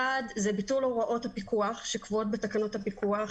אחד זה ביטול הוראות הפיקוח שקבועות בתקנות הפיקוח.